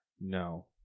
No